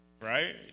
right